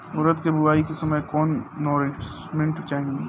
उरद के बुआई के समय कौन नौरिश्मेंट चाही?